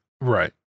right